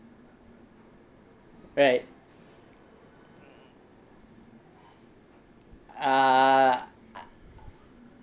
right ah